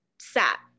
sat